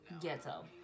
ghetto